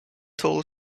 tall